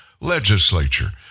legislature